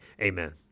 amen